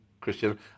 Christian